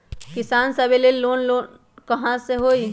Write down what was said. किसान सवे लेल कौन कौन से लोने हई?